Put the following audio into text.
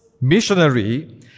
missionary